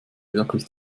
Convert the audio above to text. wirklich